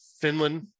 Finland